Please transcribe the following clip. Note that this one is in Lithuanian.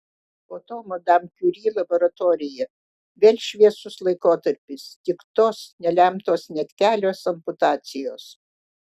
po to madam kiuri laboratorija vėl šviesus laikotarpis tik tos nelemtos net kelios amputacijos